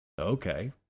Okay